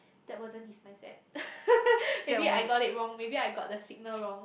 that wasn't his mindset maybe I got it wrong maybe I got the signal wrong